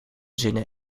zinnen